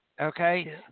Okay